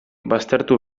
baztertu